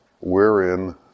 wherein